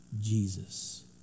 Jesus